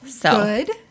Good